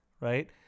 Right